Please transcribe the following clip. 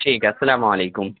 ٹھیک ہے السلام علیکم